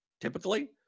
typically